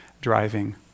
driving